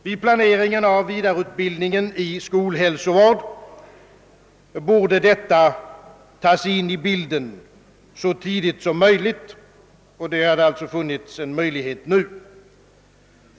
Vid planeringen av vidareutbildningen i skolhälsovård borde detta tas in i bilden så tidigt som möjligt — och det hade alltså funnits en möjlighet nu.